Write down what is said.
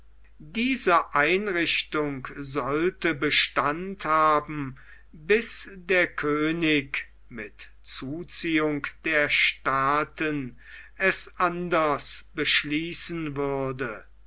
diese einrichtung sollte bestand haben bis der könig mit zuziehung der staaten es anders beschließen würde